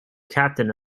captain